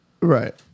right